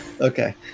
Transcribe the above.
Okay